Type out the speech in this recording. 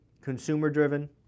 consumer-driven